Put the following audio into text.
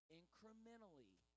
incrementally